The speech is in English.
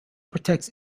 protects